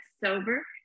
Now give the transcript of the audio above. sober